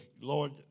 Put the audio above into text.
Lord